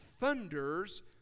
thunders